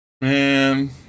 Man